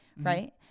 right